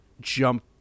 jump